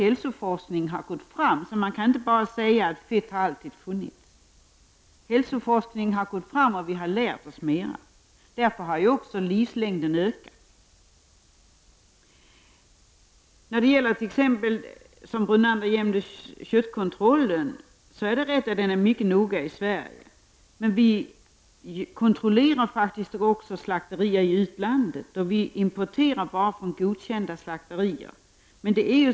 Hälsoforskningen har gått framåt, och man kan inte bara säga att fett alltid har funnits. Forskningen om hälsan har gått framåt, och vi har lärt oss mera. Därför har också livslängden ökat. Lennart Brunander nämnde köttkontrollen. Den kontrollen är mycket noga i Sverige, det vet jag. Men vi kontrollerar också slakterier i utlandet och importerar bara från godkända slakterier.